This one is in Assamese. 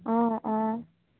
অঁ অঁ